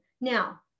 Now